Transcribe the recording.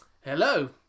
hello